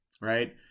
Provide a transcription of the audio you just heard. right